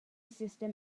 system